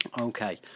Okay